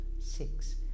six